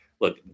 look